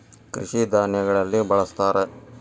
ಕೃಷಿ ಧಾನ್ಯಗಳಲ್ಲಿ ಬಳ್ಸತಾರ